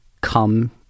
come